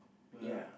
ya